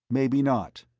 maybe not.